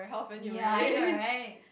ya I know right